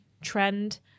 trend